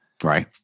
right